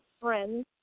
friends